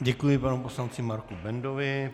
Děkuji panu poslanci Marku Bendovi.